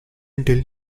until